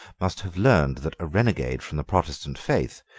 must have learned that a renegade from the protestant faith,